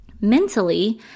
mentally